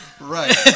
Right